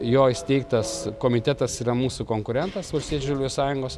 jo įsteigtas komitetas yra mūsų konkurentas valstiečių žaliųjų sąjungos